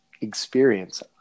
experience